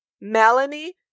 Melanie